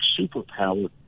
superpower